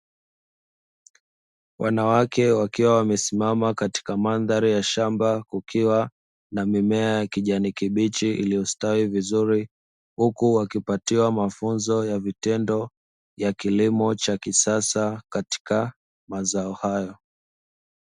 Wanawake wakiwa wamesimama katika mandhari ya shamba kukiwa na mimea ya kijani kibichi iliyostawi vizuri, huku wakiwa wanapatiwa mafunzo ya vitendo ya kilimo cha kisasa katika mazao hayo.